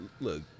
Look